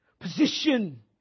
position